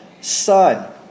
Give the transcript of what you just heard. son